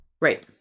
Right